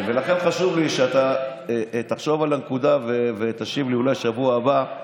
ולכן חשוב לי שתחשוב על הנקודה ותשיב לי אולי בשבוע הבא,